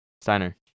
Steiner